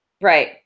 Right